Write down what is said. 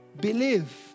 believe